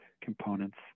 components